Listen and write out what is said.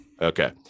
Okay